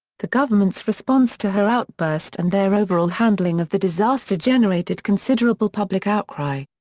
the government's response to her outburst and their overall handling of the disaster generated considerable public outcry.